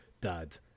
Dad